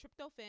tryptophan